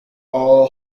all